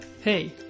Hey